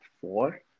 four